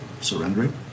surrendering